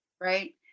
right